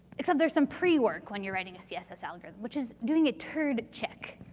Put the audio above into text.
except there's some pre work when you're writing a css algorithm which is doing a turd check.